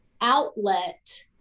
outlet